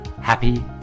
happy